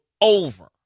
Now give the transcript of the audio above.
over